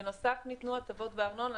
בנוסף ניתנו הטבות בארנונה,